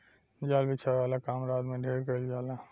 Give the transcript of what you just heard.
जाल बिछावे वाला काम रात में ढेर कईल जाला